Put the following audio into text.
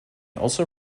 also